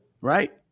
Right